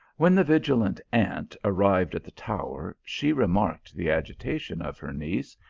when the vigilant aunt arrived at the tower, she remarked the agitation of her niece,